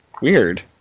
weird